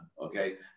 okay